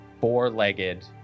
four-legged